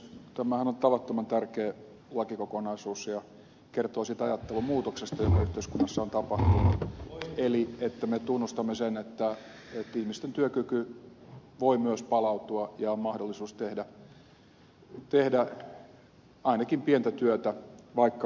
tämähän on tavattoman tärkeä lakikokonaisuus ja kertoo siitä ajattelun muutoksesta joka yhteiskunnassa on tapahtunut eli että me tunnustamme sen että ihmisten työkyky voi myös palautua ja on mahdollisuus tehdä ainakin pientä työtä vaikka olisi saanutkin työkyvyttömyyspäätöksen